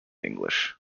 english